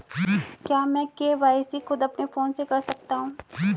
क्या मैं के.वाई.सी खुद अपने फोन से कर सकता हूँ?